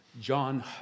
John